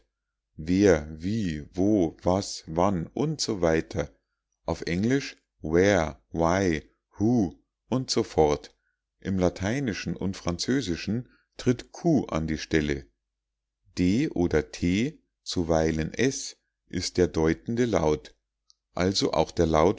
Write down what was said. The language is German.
wer wie wo was wann und so weiter auf englisch where why who und so fort im lateinischen und französischen tritt qu an die stelle d oder t zuweilen s ist der deutende laut also auch der